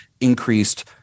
increased